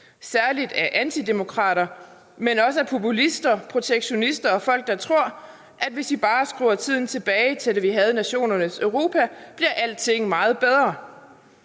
særlig af antidemokrater, men også af populister, protektionister og folk, der tror, at hvis vi bare skruer tiden tilbage til, da vi havde nationernes Europa, bliver alting meget bedre.